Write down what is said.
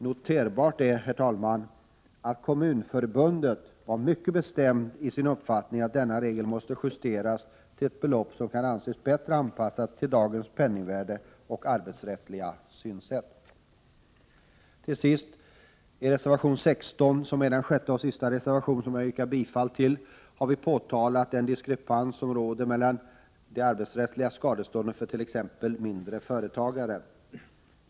Noterbart är, herr talman, att Kommunförbundet var mycket bestämt i sin uppfattning att denna regel måste justeras till ett belopp som kan anses bättre anpassat till dagens penningvärde och arbetsrättsliga synsätt. I reservation 16, som är den sjätte och sista reservation jag yrkar bifall till, påtalas den diskrepans som råder mellan de arbetsrättsliga skadestånden för t.ex. mindre företagare.